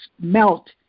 melt